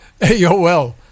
AOL